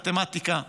מתמטיקה ומחשבים.